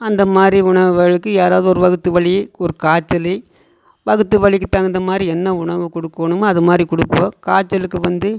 அந்தமாதிரி உணவுகளுக்கு யாராவது ஒரு வயித்து வலி ஒரு காய்ச்சல் வயித்து வலிக்கு தகுந்தமாதிரி என்ன உணவு குடுக்கணுமோ அது மாதிரி கொடுப்போம் காய்ச்சலுக்கு வந்து